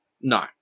No